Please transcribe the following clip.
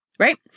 right